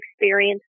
experience